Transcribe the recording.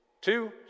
two